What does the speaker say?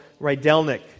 Rydelnik